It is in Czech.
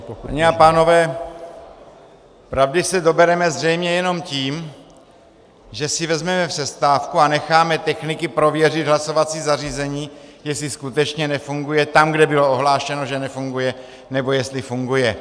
Paní a pánové, pravdy se dobereme zřejmě jenom tím, že si vezmeme přestávku a necháme techniky prověřit hlasovací zařízení, jestli skutečně nefunguje tam, kde bylo ohlášeno, že nefunguje, nebo jestli funguje.